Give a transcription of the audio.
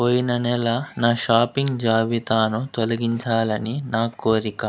పోయిన నెల నా షాపింగ్ జాబితాను తొలగించాలని నా కోరిక